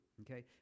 okay